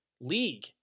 league